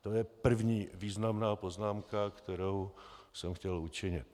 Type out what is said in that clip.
To je první významná poznámka, kterou jsem chtěl učinit.